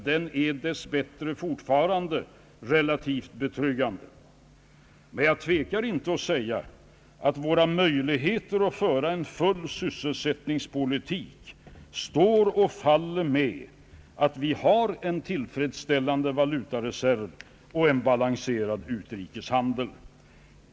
Denna är dess bättre fortfarande relativt betryggande, men jag tvekar inte att säga att våra möjligheter att föra en den fulla sysselsättningens politik står och faller med att vi har en tillfredsställande valutareserv och en balanserad utrikeshandel.